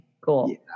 Cool